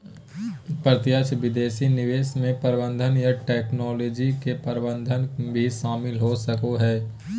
प्रत्यक्ष विदेशी निवेश मे प्रबंधन या टैक्नोलॉजी के प्रावधान भी शामिल हो सको हय